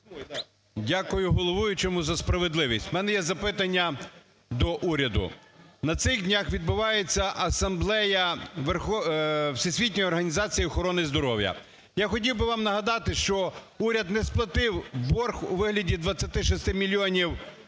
Дякую головуючому за справедливість. У мене є запитання до уряду. На цих днях відбувається асамблея Всесвітньої організації охорони здоров'я. Я хотів би вам нагадати, що уряд не сплатив борг у вигляді 26 мільйонів доларів